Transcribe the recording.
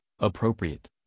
appropriate